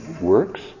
works